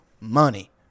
money